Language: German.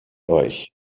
euch